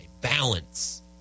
Balance